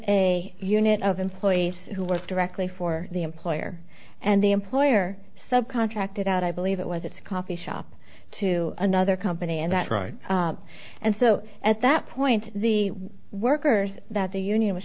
a unit of employees who work directly for the employer and the employer subcontracted out i believe it was its coffee shop to another company and that right and so at that point the workers that the union was